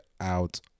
out